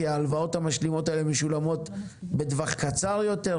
כי ההלוואות המשלימות האלה משולמות בטווח קצר יותר,